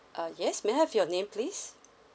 uh yes may I have your name please